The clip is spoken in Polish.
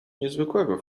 niezwykłego